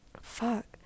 fuck